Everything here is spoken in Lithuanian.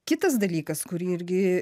kitas dalykas kurį irgi